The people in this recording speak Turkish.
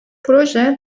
proje